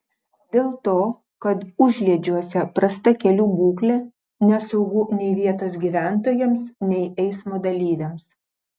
dėl to kad užliedžiuose prasta kelių būklė nesaugu nei vietos gyventojams nei eismo dalyviams